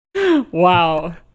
Wow